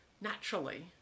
Naturally